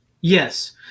Yes